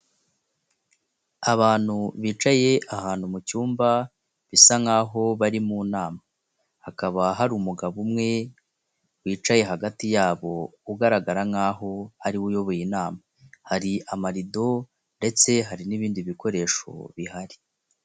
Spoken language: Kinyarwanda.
Abantu bicaye ahantu mu cyumba bisa nkaho bari mu nama, hakaba hari umugabo umwe wicaye hagati yabo ugaragara nkaho ariwe uyoboye inama, hari amarido ndetse hari n'ibindi bikoresho bihari.